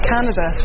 Canada